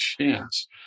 chance